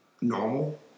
normal